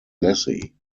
lassie